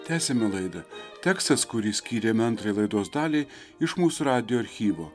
tęsiame laidą tekstas kurį skyrėme antrąjai laidos daliai iš mūsų radijo archyvo